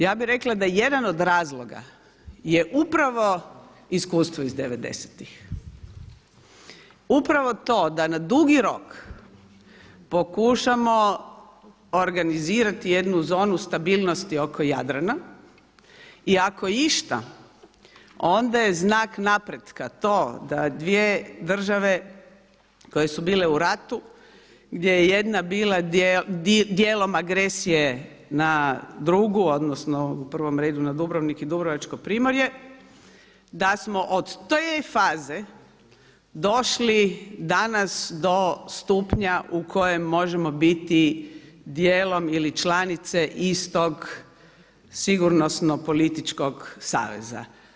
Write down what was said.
Ja bih rekla da jedan od razloga je upravo iskustvo iz devedesetih, upravo to da na dugi rok pokušamo organizirati jednu zonu stabilnosti oko Jadrana i ako išta onda je znak napretka to da dvije države koje su bile u ratu gdje je jedna bila dijelom agresije na drugu odnosno u prvom redu na Dubrovnik i Dubrovačko primorje, da smo od te faze došli danas do stupnja u kojem možemo biti dijelom ili članice istog sigurnosno političkog saveza.